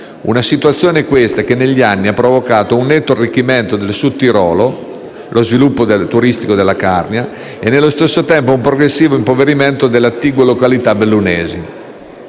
Una situazione questa che, negli anni, ha provocato un netto arricchimento del Sudtirolo, lo sviluppo turistico della Carnia e, allo stesso tempo, un progressivo impoverimento delle attigue località bellunesi.